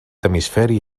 hemisferi